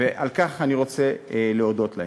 ועל כך אני רוצה להודות להם.